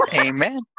Amen